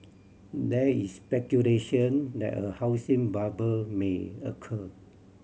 there is speculation that a housing bubble may occur